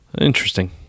interesting